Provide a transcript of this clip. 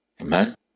Amen